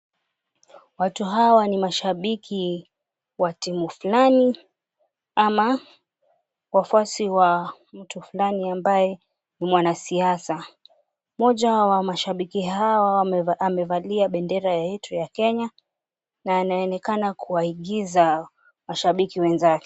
Watu hawa ni mashabiki wa timu fulani ama wafuasi wa mtu fulani ambaye ni mwanasiasa. Moja wa mashabiki hawa amevalia bendera yetu ya Kenya na anaonekana kuwaigiza mashabiki wenzake.